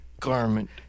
garment